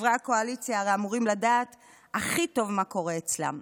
חברי הקואליציה הרי אמורים לדעת הכי טוב מה קורה אצלם,